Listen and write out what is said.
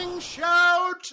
shout